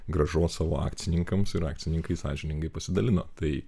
gražos savo akcininkams ir akcininkai sąžiningai pasidalino tai